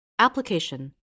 Application